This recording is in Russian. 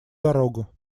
дорогу